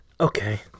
Okay